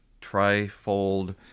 tri-fold